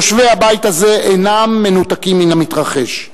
יושבי הבית הזה אינם מנותקים מן המתרחש.